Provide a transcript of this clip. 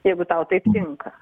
jeigu tau taip tinka